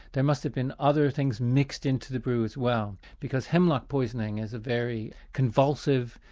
there must have been other things mixed into the brew as well, because hemlock poisoning is a very convulsive,